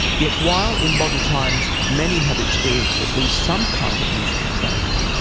yet while, in modern times, many have experienced at least some kind of musical training,